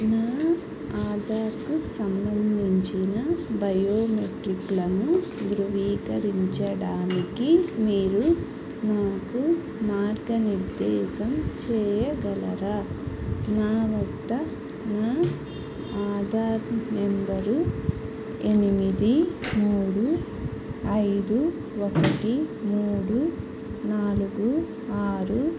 నా ఆధార్కు సంబంధించిన బయోమెట్రిక్లను ధృవీకరించడానికి మీరు నాకు మార్గనిర్దేశం చేయగలరా నా వద్ద నా ఆధార్ నంబరు ఎనిమిది మూడు ఐదు ఒకటి మూడు నాలుగు ఆరు